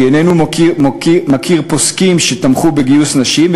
כי איננו מכיר פוסקים שתמכו בגיוס נשים,